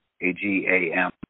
A-G-A-M